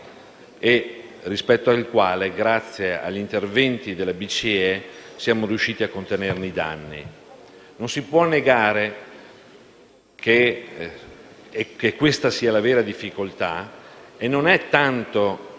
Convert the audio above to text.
e rispetto alla quale, anche grazie agli interventi della BCE, siamo riusciti a contenerne i danni. Non si può negare che questa sia la vera difficoltà e non è tanto